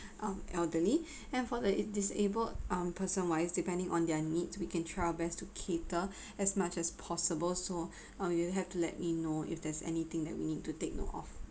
um elderly and for the disabled um person wise depending on their needs we can try our best to cater as much as possible so um you'll have to let you know if there's anything that we need to take note of